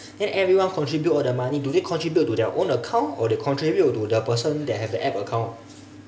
then everyone contribute all the money do they contribute to their own account or they contribute to the person that have the app account